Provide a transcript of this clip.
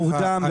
מורדם,